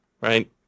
right